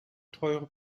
teure